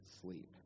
sleep